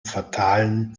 fatalen